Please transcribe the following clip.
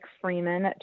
Freeman